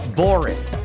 boring